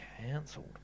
cancelled